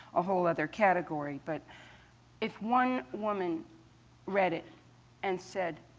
a whole other category but if one woman read it and said,